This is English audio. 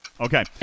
Okay